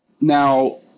Now